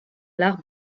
l’art